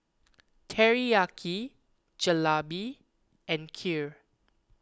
Teriyaki Jalebi and Kheer